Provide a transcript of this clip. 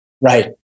Right